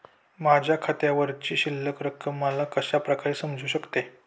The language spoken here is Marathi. माझ्या खात्यावरची शिल्लक रक्कम मला कशा प्रकारे समजू शकते?